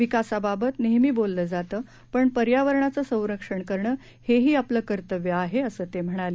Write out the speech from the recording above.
विकासाबाबत नेहमी बोललं जातं पण पर्यावरणाचं संरक्षण करणं हेही आपलं कर्तव्य आहे असं ते म्हणाले